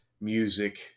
music